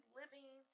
living